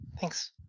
Thanks